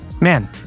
Man